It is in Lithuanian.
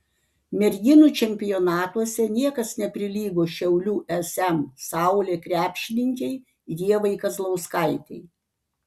merginų čempionatuose niekas neprilygo šiaulių sm saulė krepšininkei ievai kazlauskaitei